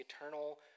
eternal